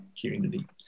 community